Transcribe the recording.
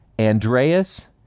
Andreas